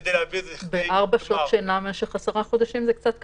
כדי להביא לכדי --- בארבע שעות שינה משך עשרה חודשים זה קצת קשה.